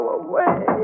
away